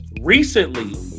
Recently